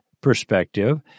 perspective